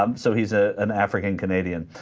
um so he's a and african canadian